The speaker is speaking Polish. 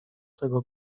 tego